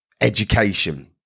education